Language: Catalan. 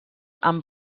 amb